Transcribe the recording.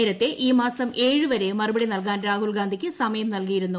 നേരത്തെ ഈ മാസം ഏഴ് വരെ മറുപടി നൽകാൻ രാഹുൽഗാന്ധിക്ക് സമയം നൽകിയിരുന്നു